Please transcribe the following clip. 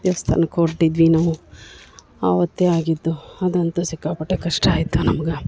ದೇವ್ಸ್ಥಾನಕ್ಕೆ ಹೊಂಟಿದ್ವಿ ನಾವು ಅವತ್ತೇ ಆಗಿದ್ದು ಅದಂತೂ ಸಿಕ್ಕಾಪಟ್ಟೆ ಕಷ್ಟ ಆಯಿತು ನಮ್ಗೆ